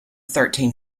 thirteen